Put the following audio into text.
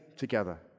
together